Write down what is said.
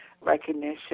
recognition